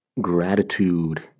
gratitude